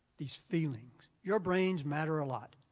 these feelings. your brains matter a lot,